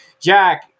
Jack